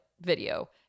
video